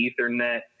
ethernet